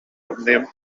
abnehmen